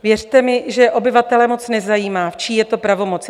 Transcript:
Věřte mi, že obyvatele moc nezajímá, v čí je to pravomoci.